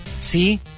see